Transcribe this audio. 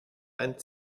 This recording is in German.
ein